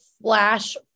flash